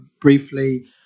briefly